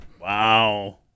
Wow